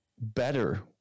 better